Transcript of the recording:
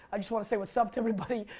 i just want to say what's up to everybody.